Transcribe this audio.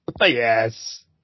Yes